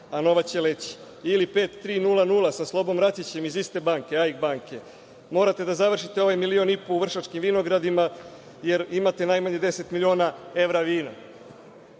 a novac će leći. Ili, broj 5300 sa Slobom Racićem iz iste banke, AIK banke – morate da završite ovaj milion i po u Vršačkim vinogradima, jer imate najmanje 10 miliona evra vina.